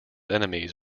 enemies